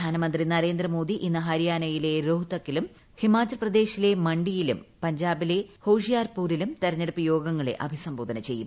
പ്രധാനമന്ത്രി നരേന്ദ്രമോദി ഇന്ന് ഹരിയാനയിലെ ര്യോഹ്ത്തക്കിലും ഹിമാചൽപ്രദേശിലെ മണ്ഡിയിലും പഞ്ചാബില്പ് ഹോഷിയാർപൂരിലും തെരഞ്ഞെടുപ്പ് യോഗങ്ങളെ അഭിസംബോധന ചെയ്യും